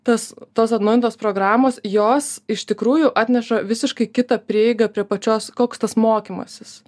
tas tos atnaujintos programos jos iš tikrųjų atneša visiškai kitą prieigą prie pačios koks tas mokymasis